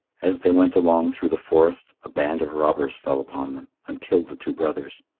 as they went along through the forest, a band of robbers fell upon them, and killed the two brothers.